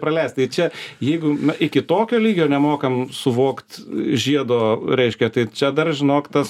praleist tai čia jeigu iki tokio lygio nemokam suvokt žiedo reiškia tai čia dar žinok tas